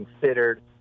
considered